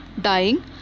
dying